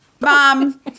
Mom